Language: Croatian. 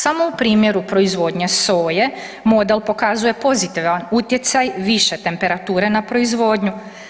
Samo u primjeru proizvodnje soje model pokazuje pozitivan utjecaj više temperature na proizvodnju.